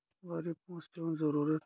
واریاہ پونٛسہٕ پیٚوان ضروٗرَت